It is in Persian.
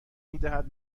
میدهد